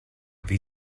wie